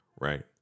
right